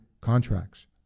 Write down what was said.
contracts